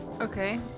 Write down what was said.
Okay